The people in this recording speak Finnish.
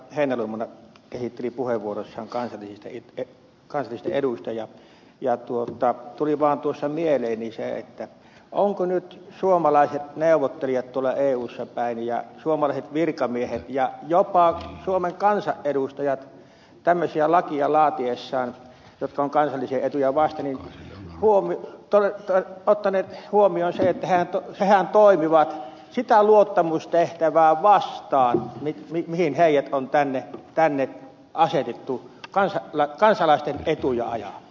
heinäluoma kehitteli puheenvuorossaan kansallisista eduista ja tuli vain tuossa mieleeni ovatko nyt suomalaiset neuvottelijat tuolla eussa päin ja suomalaiset virkamiehet ja jopa suomen kansanedustajat tämmöisiä lakeja laatiessaan jotka ovat kansallisia etuja vastaan ottaneet huomioon sen että hehän toimivat sitä luottamustehtävää vastaan mihin heidät on tänne asetettu kansalaisten etuja ajamaan